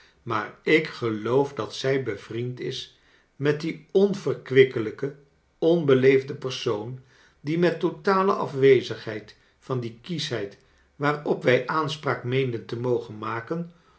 maar ik geloof dat zij be vriend is met dien onverkwikkelijken onbeleefden persoon die met totale afwezigheid van die kieschheid waarop wij aanspraak ineenden te mogen maken